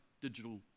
digital